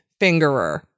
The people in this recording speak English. fingerer